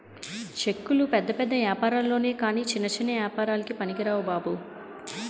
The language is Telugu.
చెక్కులు పెద్ద పెద్ద ఏపారాల్లొనె కాని చిన్న చిన్న ఏపారాలకి పనికిరావు బాబు